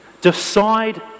Decide